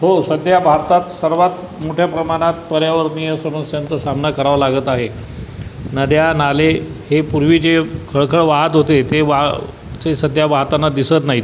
हो सध्या भारतात सर्वात मोठ्या प्रमाणात पर्यावरणीय समस्यांचा सामना करावा लागत आहे नद्या नाले हे पूर्वी जे खळखळ वाहत होते ते वाह ते सध्या वाहताना दिसत नाहीत